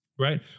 Right